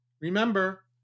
Remember